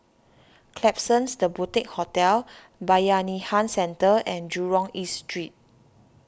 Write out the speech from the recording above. Klapsons the Boutique Hotel Bayanihan Centre and Jurong East Street